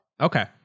Okay